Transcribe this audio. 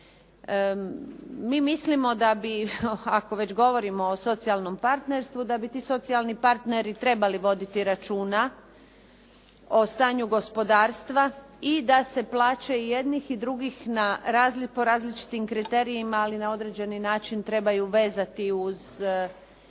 Mi mislimo da bi, ako već govorimo o socijalnom partnerstvu, da bi ti socijalni partneri trebali voditi računa o stanju gospodarstva i da se plaće i jednih i drugih po različitim kriterijima, ali na određeni način trebaju vezati uz kretanje gospodarstva